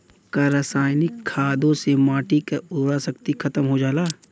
का रसायनिक खादों से माटी क उर्वरा शक्ति खतम हो जाला?